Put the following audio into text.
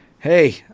hey